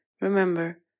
Remember